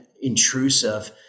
intrusive